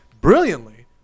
brilliantly